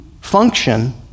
function